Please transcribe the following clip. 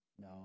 No